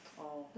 oh